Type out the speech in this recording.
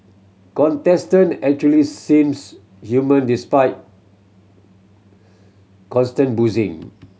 contestant actually seems human despite constant boozing